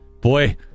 Boy